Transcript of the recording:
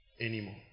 Anymore